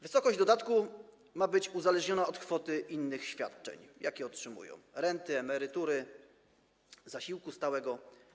Wysokość dodatku ma być uzależniona od kwoty innych świadczeń, jakie otrzymują: renty, emerytury, zasiłku stałego.